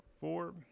Four